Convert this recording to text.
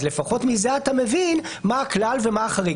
אז לפחות מזה אתה מבין מה הכלל ומה החריג.